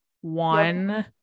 one